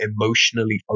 emotionally